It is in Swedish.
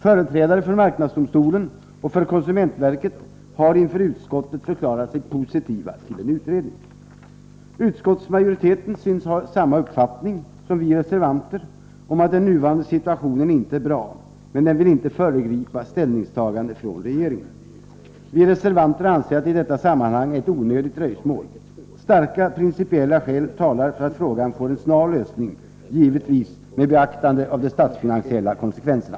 Företrädare för marknadsdomstolen och konsumentverket har inför utskottet förklarat sig positiva till en utredning. Utskottsmajoriteten synes ha samma uppfattning som vi reservanter om att den nuvarande situationen inte är bra, men man vill inte föregripa ställningstagandet från regeringen. Vi reservanter anser att det i detta sammanhang är ett onödigt dröjsmål. Starka principiella skäl talar för att frågan får en snar lösning, givetvis med beaktande av de statsfinansiella konsekvenserna.